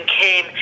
came